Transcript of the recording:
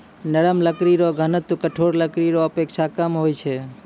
नरम लकड़ी रो घनत्व कठोर लकड़ी रो अपेक्षा कम होय छै